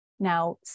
now